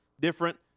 different